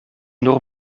nur